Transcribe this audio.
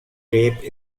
grape